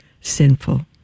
sinful